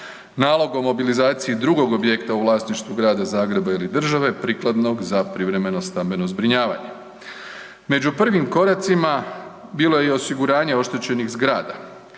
nalog o mobilizaciji drugog objekta u vlasništvu Grada Zagreba ili države prikladnog za privremeno stambeno zbrinjavanje. Među prvim koracima bilo je i osiguranje oštećenih zgrada